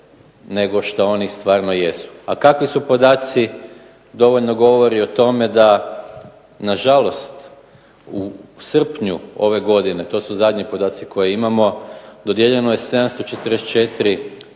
nego što oni stvarno jesu. A kakvi su podaci dovoljno govori o tome da na žalost u srpnju, ove godine, to su zadnji podaci koje imamo dodijeljeno je 744 odobrenja